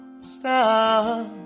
stop